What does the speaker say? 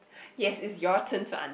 yes it's your turn to an~